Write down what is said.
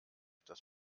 das